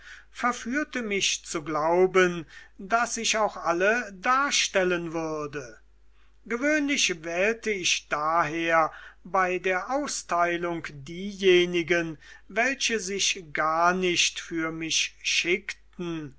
verführte mich zu glauben daß ich auch alle darstellen würde gewöhnlich wählte ich daher bei der austeilung diejenigen welche sich gar nicht für mich schickten